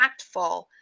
impactful